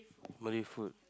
Malay food